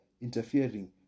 interfering